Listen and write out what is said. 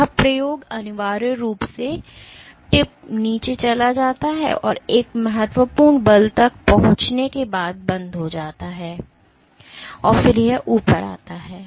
यह प्रयोग अनिवार्य रूप से टिप नीचे चला जाता है और एक महत्वपूर्ण बल तक पहुंचने के बाद बंद हो जाता है और फिर यह ऊपर आता है